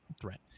threat